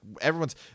everyone's